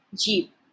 Jeep